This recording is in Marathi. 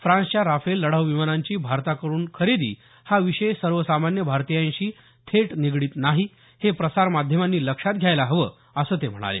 फ्रान्सच्या राफेल लढाऊ विमानांची भारताकडून खरेदी हा विषय सर्वसामान्य भारतीयांशी थेट निगडीत नाही हे प्रसार माध्यमांनी लक्षात घ्यायला हवं असं ते म्हणाले